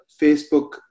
Facebook